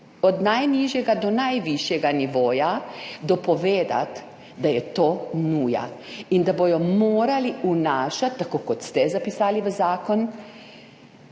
od najnižjega do najvišjega nivoja dopovedati, da je to nuja in da bodo morali vnašati, tako kot ste zapisali v zakon,